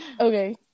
Okay